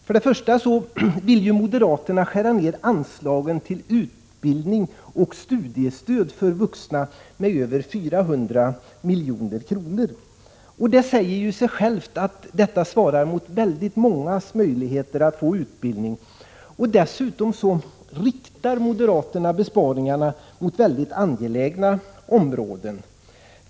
Först och främst vill moderaterna skära ned anslagen till utbildning och studiestöd för vuxna med över 400 milj.kr. Det säger sig självt att detta anslag ger väldigt många möjlighet att få utbildning. Dessutom riktar moderaterna besparingarna mot mycket angelägna områden.